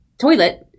toilet